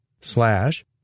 slash